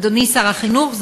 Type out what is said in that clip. אדוני שר החינוך,